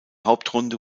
hauptrunde